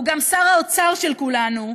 הוא גם שר האוצר של כולנו,